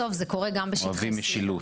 בסוף זה קורה גם בשטחי C,